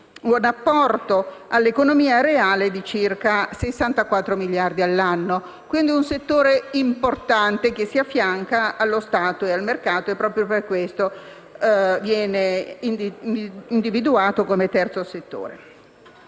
un apporto di circa 64 miliardi l'anno e, quindi, di un settore importante che si affianca allo Stato e al mercato e, proprio per questo, viene individuato come terzo settore.